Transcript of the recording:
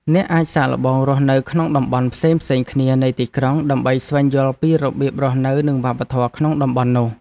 អ្នកអាចសាកល្បងរស់នៅក្នុងតំបន់ផ្សេងៗគ្នានៃទីក្រុងដើម្បីស្វែងយល់ពីរបៀបរស់នៅនិងវប្បធម៌ក្នុងតំបន់នោះ។